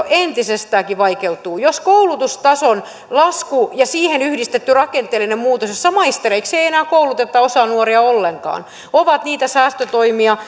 entisestäänkin vaikeutuu jos koulutustason lasku ja siihen yhdistetty rakenteellinen muutos jossa maistereiksi ei enää kouluteta osaa nuorista ollenkaan ovat niitä säästötoimia